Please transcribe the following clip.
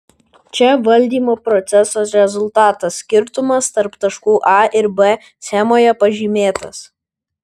čia valdymo proceso rezultatas skirtumas tarp taškų a ir b schemoje pažymėtas